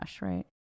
right